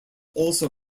also